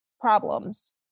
problems